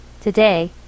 Today